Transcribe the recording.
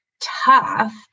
tough